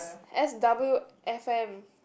S_W_F_M